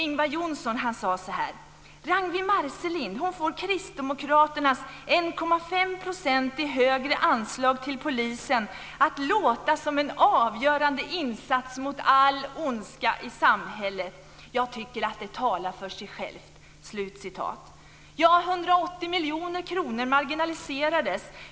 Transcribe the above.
Ingvar Johnsson sade att Ragnwi Marcelind får kristdemokraternas 1,5 % i högre anslag till polisen att låta som en avgörande insats mot all ondska i samhället. Han tyckte att det talade för sig självt. Ja, 180 miljoner kronor marginaliserades.